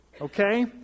okay